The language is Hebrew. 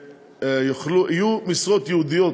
שיהיו משרות ייעודיות.